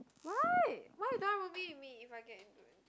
why why you don't want roomie with me if i get into